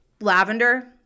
lavender